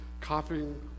copying